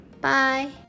Bye